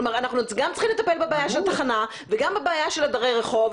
כלומר אנחנו גם צריכים לטפל בבעיה של התחנה וגם בבעיה של דיירי הרחוב,